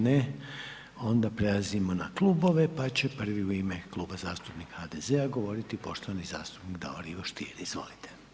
Ne, onda prelazimo na klubove pa će prvi u ime Kluba zastupnika HDZ-a govoriti poštovani zastupnik Davor Ivo Stier, izvolite.